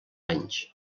anys